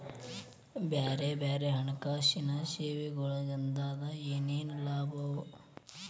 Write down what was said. ಬ್ಯಾರೆ ಬ್ಯಾರೆ ಹಣ್ಕಾಸಿನ್ ಸೆವೆಗೊಳಿಂದಾ ಏನೇನ್ ಲಾಭವ?